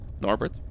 Norbert